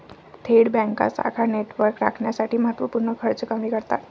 थेट बँका शाखा नेटवर्क राखण्यासाठी महत्त्व पूर्ण खर्च कमी करतात